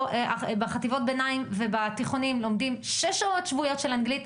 בחטיבות ביניים ובתיכונים לומדים שש שעות שבועיות של אנגלית.